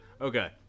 Okay